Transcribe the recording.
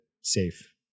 safe